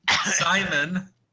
Simon